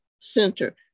center